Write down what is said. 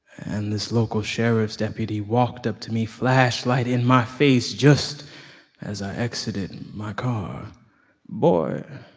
and this local sheriff's deputy walked up to me, flashlight in my face, just as i exited my car boy,